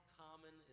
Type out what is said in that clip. common